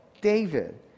David